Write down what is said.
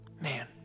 Man